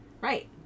Right